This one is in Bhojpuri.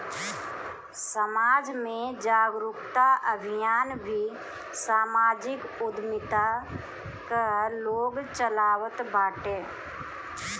समाज में जागरूकता अभियान भी समाजिक उद्यमिता कअ लोग चलावत बाटे